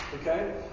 Okay